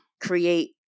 create